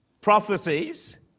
prophecies